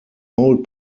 old